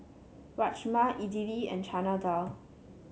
Rajma Idili and Chana Dal